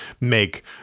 make